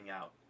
out